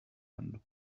and